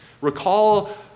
Recall